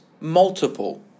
multiple